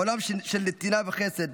עולם של נתינה וחסד.